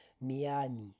miami